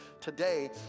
today